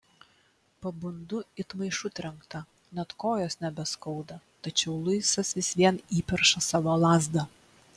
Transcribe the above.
pabundu it maišu trenkta net kojos nebeskauda tačiau luisas vis vien įperša savo lazdą